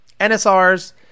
NSRs